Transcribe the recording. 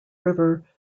river